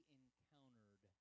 encountered